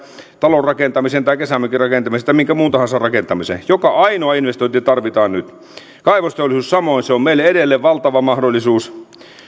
talon rakentamiseen kesämökin rakentamiseen tai minkä muun tahansa rakentamiseen joka ainoa investointi tarvitaan nyt kaivosteollisuus samoin on meille edelleen valtava mahdollisuus